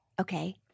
Okay